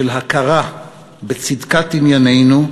של הכרה בצדקת ענייננו,